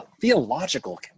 Theological